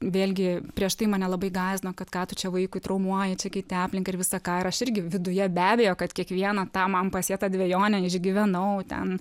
vėlgi prieš tai mane labai gąsdino kad ką tu čia vaikui traumuoji čia keiti aplinką ir visą ką ir aš irgi viduje be abejo kad kiekvieną tą man pasėtą dvejonę išgyvenau ten